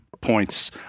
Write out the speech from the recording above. points